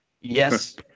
Yes